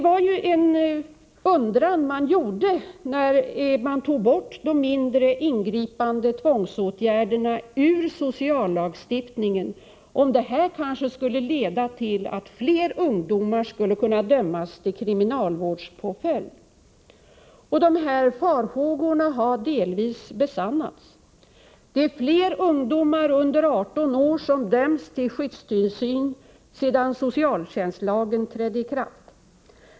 Man undrade då de mindre ingripande tvångsåtgärderna togs bort ur sociallagstiftningen om detta kanske skulle leda till att fler ungdomar skulle kunna dömas till kriminalvårdspåföljd. Dessa farhågor har delvis besannats. Det är fler ungdomar under 18 år som dömts till skyddstillsyn sedan socialtjänstlagen trädde i kraft.